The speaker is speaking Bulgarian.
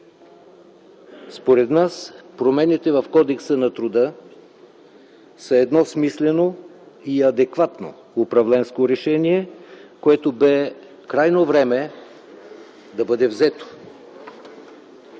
Според нас промените в Кодекса на труда са едно смислено и адекватно управленско решение, което бе крайно време да бъде взето.